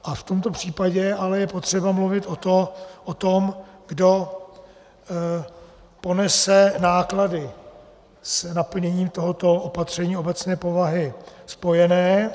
V tomto případě ale je potřeba mluvit o tom, kdo ponese náklady s naplněním tohoto opatření obecné povahy spojené.